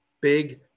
big